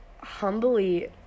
humbly